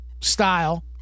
style